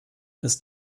ist